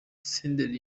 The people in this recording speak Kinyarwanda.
senderi